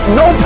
no